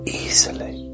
easily